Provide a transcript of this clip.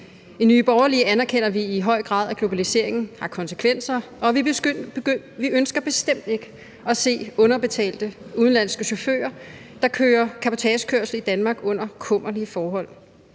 I Nye Borgerlige anerkender vi i høj grad, at globaliseringen har konsekvenser, og vi ønsker bestemt ikke at se underbetalte udenlandske chauffører, der kører cabotagekørsel i Danmark under kummerlige forhold.